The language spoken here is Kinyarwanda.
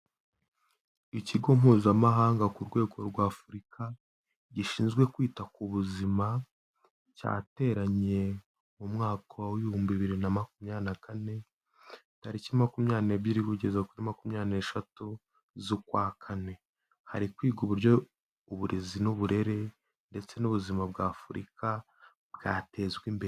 Ikigo mpuzamahanga ku rwego rw'Afurika, gishinzwe kwita ku buzima cyateranye mu mwaka w'ibihumbi bibiri na makumyabiri na kane, tariki makumyabiri n'ebyiri kugeza kuri makumyabiri n'eshatu z'ukwakane. Hari kwigwa uburyo uburezi n'uburere ndetse n'ubuzima bw'Afurika bwatezwa imbere.